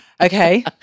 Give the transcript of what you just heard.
okay